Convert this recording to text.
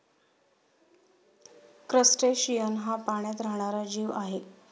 crustacean हा पाण्यात राहणारा जीव आहे